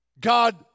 God